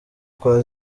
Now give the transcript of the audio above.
kwa